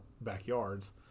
backyards